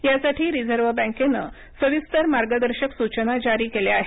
यासाठी रिझर्व बँकेनं सविस्तर मार्गदर्शक सूचना जारी केल्या आहेत